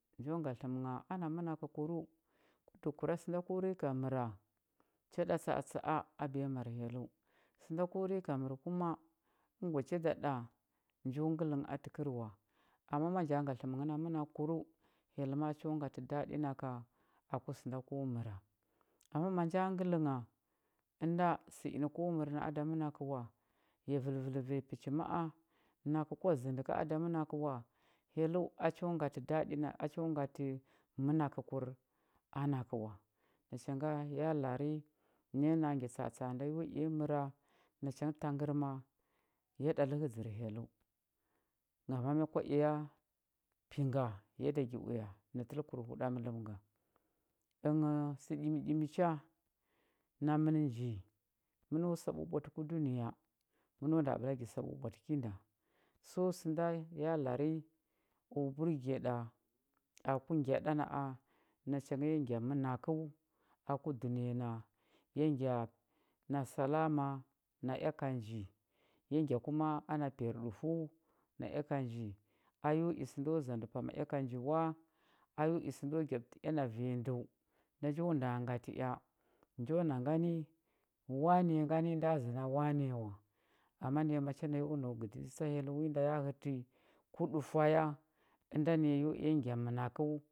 Njo nga tləm ngha ana mənakəkurəu dəhəkura sə da ko rika məra cha ɗa tsa atsa a a biyamar hyelləu sə nda ko rika mər kuma əngwa cha da ɗa njo ngəl nghə a təkər wa ama ma nja nga tləm nghə na mənakərəu hyell ma a cho ngatə daɗi naka aku sə nda ko məra ama ma nja ngəl ngha ənda sə inə ko mər nə a da mənakə wa ya vəlvəl vanya pəchi ma a nakə kwa zəndə a da mənakə wa hyelləu a cho ngatə daɗi na a cho ngatə mənakəkur a nakə wa nacha nga ya lari naya na a ngya tsa atsa a nda yo məra nacha ngə tangərma ya ɗa ləhə dzər hyelləu ngama mya kwa i ya pi nga ya da gi uya nə təlkur huɗamələm nga ənghəu sə ɗimiɗimi cha namən ji məno sa ɓwaɓwatə ku dunəya məno nda ɓəla gi sa ɓwaɓwatə ki nda so sə nda nya lari o burge ɗa aku ngya ɗa na a nacha nga ya ngya mənakəu aku dunəya na ya ngya na salama naea ka ji ea ngya kuma ana piyarɗufəu naea ka nji a yo i sə ndo zandə pama ea ka nji wa yo i sə ndo gyaɓətəɛa na vanya ndəu njo nda ngatə ea njo na wani ngani nda zə na wani wa ama naya macha nayo nau gəditsə tsa hyell wi nda ya hətə ku ɗufwa ya ənda naya yo i ya ngya mənakəu,